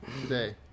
today